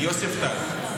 מיוספטל.